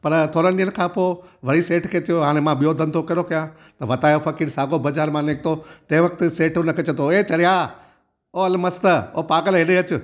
पर थोड़नि ॾींहनि खां पोइ वरी सेठ खे चयो हाणे मां ॿियो धंधो कहिड़ो कयां त वतायो फ़कीर साॻियो बाज़ारि मां निकितो तंहिं वक़्त सेठ हुनखे चए थो हे चरया ओ एलमस्तु ओ पागल एॾे अच